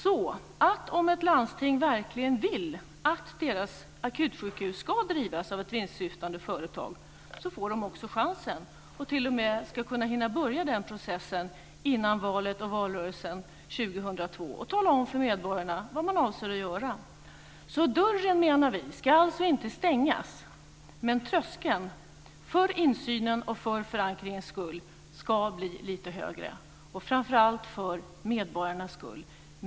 Så att om ett landsting verkligen vill att deras akutsjukhus ska drivas som ett vinstsyftande företag, får man också chansen och ska t.o.m. hinna börja den processen innan valet och valrörelsen 2002. Man ska då tala om för medborgarna vad man avser att göra. Dörren, menar vi, ska inte stängas, men tröskeln ska för insynens och förankringens skull bli lite högre, framför allt för medborgarnas skull.